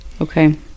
Okay